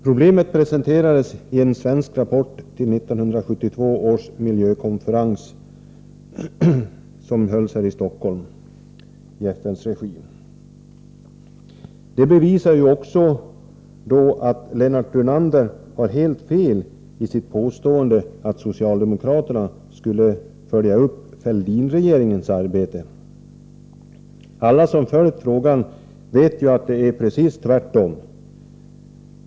Problemet presenterades i en svensk rapport till 1972 års miljökonferens, som hölls här i Stockholm i FN:s regi. Detta bevisar också att Lennart Brunander har helt fel i sitt påstående att socialdemokraterna skulle följa upp Fälldinregeringens arbete. Alla som följt frågan vet att det är precis tvärtom.